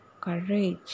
courage